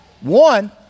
One